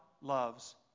loves